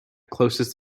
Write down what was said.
closest